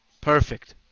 perfect